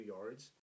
yards